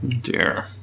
Dear